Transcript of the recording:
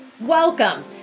Welcome